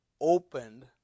opened